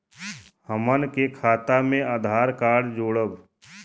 हमन के खाता मे आधार कार्ड जोड़ब?